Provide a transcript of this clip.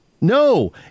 No